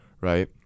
right